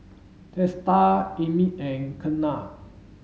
Teesta Amit and Ketna